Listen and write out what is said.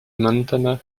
montana